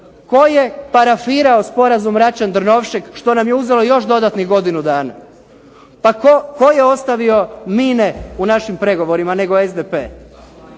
Tko je parafirao sporazum Račan-Drnovšek, što nam je uzeo još dodatnih godinu dana? Pa tko je ostavio mine u našim pregovorima, nego SDP.